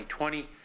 2020